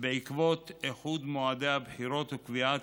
בעקבות איחוד מועדי הבחירות וקביעת